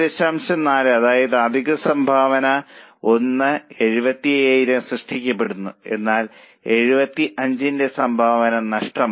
4 അതായത് അധിക സംഭാവനയുടെ 1 75 000 സൃഷ്ടിക്കപ്പെടുന്നു എന്നാൽ 75 ന്റെ സംഭാവന നഷ്ടമായി